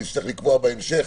נצטרך לקבוע בהמשך,